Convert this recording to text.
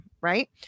Right